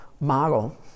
model